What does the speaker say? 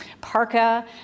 Parka